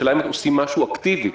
השאלה אם עושים משהו אקטיבי.